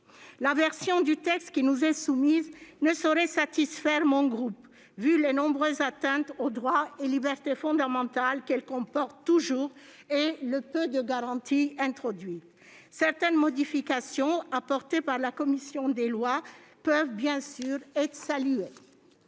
La version du texte qui nous est soumise ne saurait satisfaire mon groupe, compte tenu des nombreuses atteintes aux droits et libertés fondamentales qu'elle comporte toujours et le peu de garanties qui ont été introduites. Certaines modifications apportées par la commission des lois peuvent, bien sûr, être saluées.